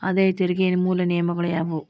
ಆದಾಯ ತೆರಿಗೆಯ ಮೂಲ ನಿಯಮಗಳ ಯಾವು